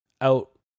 out